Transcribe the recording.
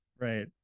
Right